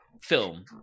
film